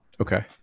okay